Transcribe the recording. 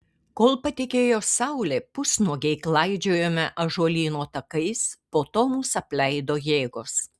kol patekėjo saulė pusnuogiai klaidžiojome ąžuolyno takais po to mus apleido jėgos